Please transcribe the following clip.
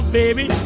baby